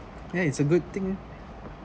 yeah it's a good thing eh